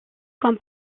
comme